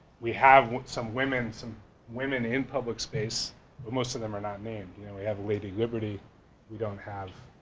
we have some women some women in public space but most of them are not named. and and we have lady liberty we don't have